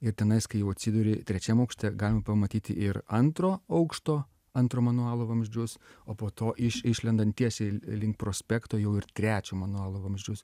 ir tenais kai jau atsiduri trečiam aukšte galim pamatyti ir antro aukšto antro manualo vamzdžius o po to iš išlendant tiesiai link prospekto jau ir trečio manualo vamzdžius